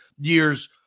years